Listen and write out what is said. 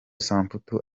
samputu